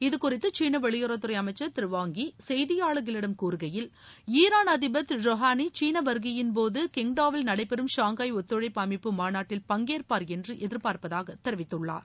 இது குறித்து சீன வெளியுறவு அமைச்சர் திரு வாங் யி செய்தியாளர்களிடம் கூறுகையில் ஈரான் அதிபர் திரு ரோகாளி சீள வருகையின்போது கிங்டாவில் நடைபெறம் ஷாங்காய் ஒத்துழைப்பு அமைப்பு மாநாட்டில் பங்கேற்பார் என்று எதிர்பார்ப்பதாக தெரிவித்துள்ளார்